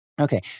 Okay